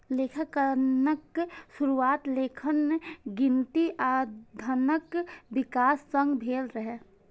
लेखांकनक शुरुआत लेखन, गिनती आ धनक विकास संग भेल रहै